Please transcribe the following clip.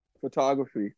photography